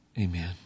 Amen